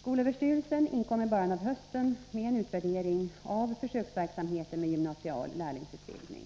Skolöverstyrelsen inkom i början av hösten med en utvärdering av försöksverksamheten med gymnasial lärlingsutbildning.